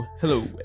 hello